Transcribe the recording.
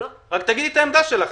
רק תגידי את העמדה שלך,